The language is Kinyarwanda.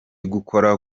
gukora